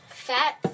fat